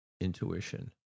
intuition